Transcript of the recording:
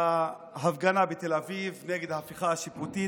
בהפגנה בתל אביב נגד ההפיכה השיפוטית,